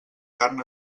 carn